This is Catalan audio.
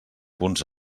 punts